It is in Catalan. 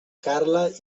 carla